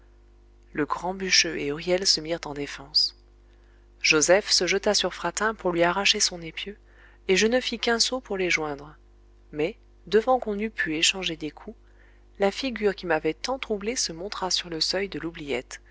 le grand bûcheux et huriel se mirent en défense joseph se jeta sur fratin pour lui arracher son épieu et je ne fis qu'un saut pour les joindre mais devant qu'on eût pu échanger des coups la figure qui m'avait tant troublé se montra sur le seuil de l'oubliette